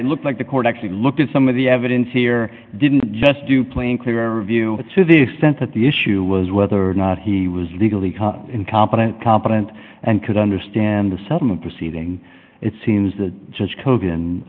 it looked like the court actually looked at some of the evidence here didn't just do plain clear view to the extent that the issue was whether or not he was legally incompetent competent and could understand the sentiment proceeding it seems the judge